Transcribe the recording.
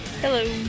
Hello